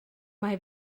mae